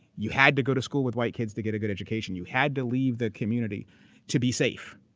you had to go to school with white kids to get a good education, you had to leave the community to be safe.